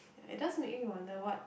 ya it does make you wonder what